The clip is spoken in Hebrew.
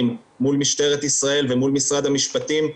מול משטרת ישראל ומול המשרד המשפטים.